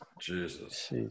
Jesus